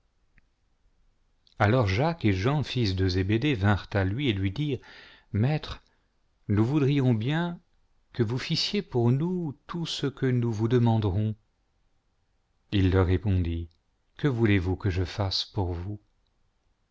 alors jacques et jean fils de zébédée vinrent à lui et lui dirent maître nous voudrions bien que vous fissiez pour nous tout ce que nous tjous demanderons il leur répondit que voulez-vous que je fasse pour vous